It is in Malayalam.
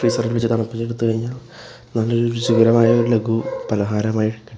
ഫ്രീസറില് വെച്ച് തണുപ്പിച്ചെടുത്തു കഴിഞ്ഞാല് നല്ലൊരു രുചികരമായ ഒരു ലഘു പലഹാരമായി കിട്ടും